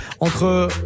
entre